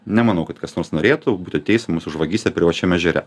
nemanau kad kas nors norėtų būti teismas už vagystę privačiam ežere